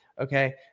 okay